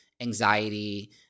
anxiety